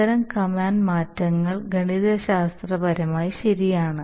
അത്തരം കമാൻഡ് മാറ്റങ്ങൾ ഗണിതശാസ്ത്രപരമായി ശരിയാണ്